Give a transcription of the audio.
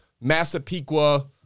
Massapequa